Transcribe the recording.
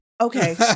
okay